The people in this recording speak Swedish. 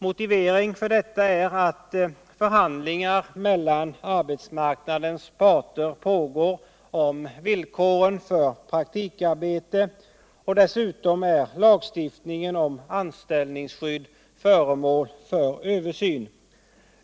Motiveringen för deua är att förhandlingar mellan arbetsmarknadens parter pågår om villkoren för praktikarbete. Dessutom är lagstiftningen om anställningsskydd föremål för översyn.